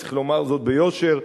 וצריך לומר זאת ביושר,